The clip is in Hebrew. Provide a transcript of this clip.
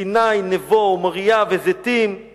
סיני נבו ומורייה וזיתים /